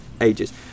ages